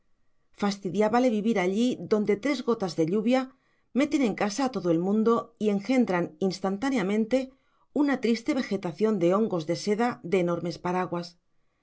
mazmorras fastidiábale vivir allí donde tres gotas de lluvia meten en casa a todo el mundo y engendran instantáneamente una triste vegetación de hongos de seda de enormes paraguas